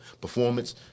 performance